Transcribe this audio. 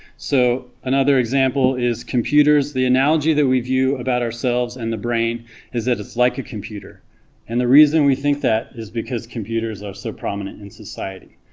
so another example is computers the analogy that we view about ourselves and the brain is that it's like a computer and the reason we think that is because computers are so prominent in society,